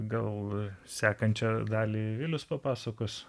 gal sekančią dalį vilius papasakos